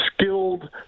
skilled